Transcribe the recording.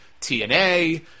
TNA